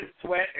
sweat